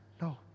No